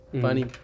funny